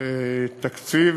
תקציב